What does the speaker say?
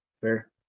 Fair